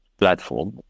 platform